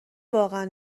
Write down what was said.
واقعا